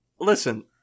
Listen